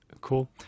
Cool